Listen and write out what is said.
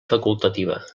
facultativa